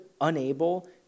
unable